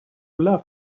love